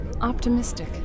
optimistic